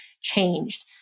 changed